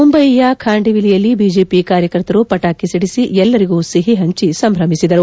ಮುಂಬಯಿಯ ಖಾಂಡಿವಿಲಿಯಲ್ಲಿ ಬಿಜೆಪಿ ಕಾರ್ಯಕರ್ತರು ಪಟಾಕಿ ಸಿದಿಸಿ ಎಲ್ಲರಿಗೂ ಸಿಹಿ ಹಂಚಿ ಸಂಭ್ರಮಿಸಿದರು